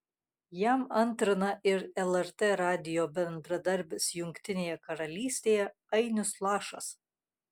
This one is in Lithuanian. jam antrina ir lrt radijo bendradarbis jungtinėje karalystėje ainius lašas